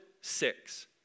six